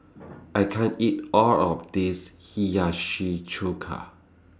I can't eat All of This Hiyashi Chuka